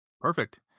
Perfect